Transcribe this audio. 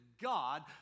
God